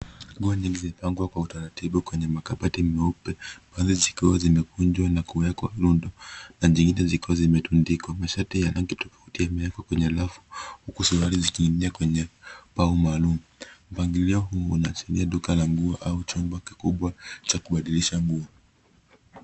Nguo nyingi zimepangwa kwa utaratibu kwenye makabati meupe, baadhi zikiwa zimevunjwa na kuwekwa rundo na nyingine zikiwa zimetundikwa. Mashati ya rangi tofauti yamewekwa kwenye rafu huku suruali ziki ingia kwenye ubao maalum. Mpangilio huu unaashiria duka la nguo au chumba kikubwa cha kubadilishia nguo.